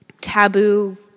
taboo